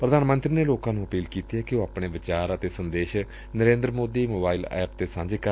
ਪੁਧਾਨ ਮੰਤਰੀ ਨੇ ਲੋਕਾ ਨੂੰ ਅਪੀਲ ਕੀਤੀ ਏ ਕਿ ਉਹ ਆਪਣੇ ਵਿਚਾਰ ਅਤੇ ਸੰਦੇਸ਼ ਨਰੇਂਦਰ ਮੋਦੀ ਮੋਬਾਈਲ ਐਪ ਤੇ ਸਾਂਝੇ ਕਰਨ